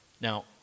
Now